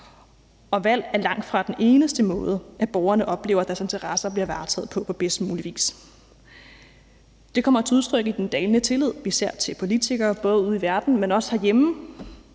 og valg er langtfra den eneste måde, hvorpå borgerne oplever, at deres interesser bliver varetaget på bedst mulig vis. Det kommer til udtryk i den dalende tillid, især til politikere, både ude i verden, men også herhjemme.